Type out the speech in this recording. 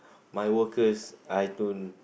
my workers I don't